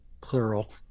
plural